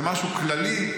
זה משהו כללי,